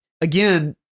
again